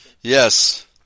Yes